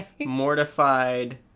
mortified